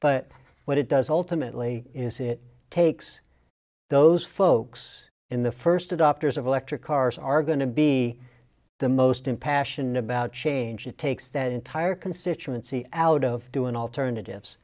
but what it does ultimately is it takes those folks in the first adopters of electric cars are going to be the most impassioned about change it takes that entire constituency out of doing alternatives